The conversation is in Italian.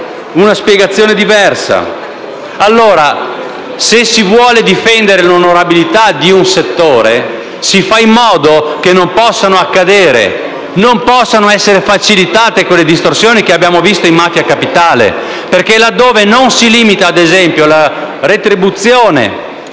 una spiegazione diversa. Se si vuole allora difendere l'onorabilità di un settore, si fa in modo che non possano accadere e non possano essere facilitate quelle distorsioni che abbiamo visto con Mafia Capitale. Infatti, laddove non si limita la retribuzione